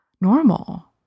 normal